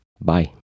Bye